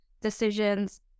decisions